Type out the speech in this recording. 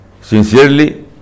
sincerely